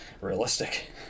realistic